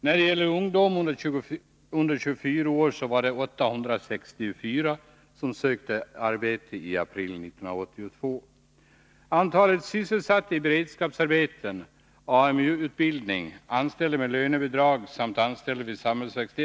Låt mig också nämna något om ungdomar under 20 år och deras möjligheter att erhålla en meningsfull sysselsättning.